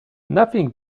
nothing